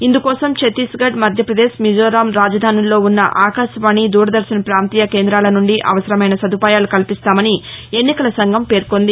ఇందుకోసం ఛత్తీస్ ఘడ్ మధ్యపదేశ్ మిజోరాం రాజధానుల్లో ఉన్న ఆకాశవాణి దూరదర్శన్ ప్రాంతీయ కేంద్రాల నుండి అవసరమైన సదుపాయాలు కల్పిస్తామని ఎన్నికల సంఘం పేర్కొంది